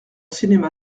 cinéma